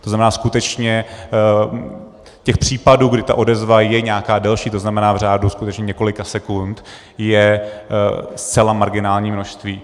To znamená, skutečně těch případů, kdy je odezva nějaká delší, to znamená v řádu skutečně několika sekund, je zcela marginální množství.